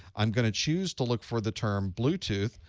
i'm going to choose to look for the term bluetooth,